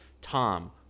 Tom